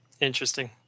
Interesting